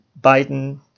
Biden